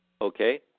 Okay